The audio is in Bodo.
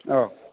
औ